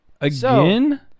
Again